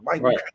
Right